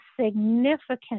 significant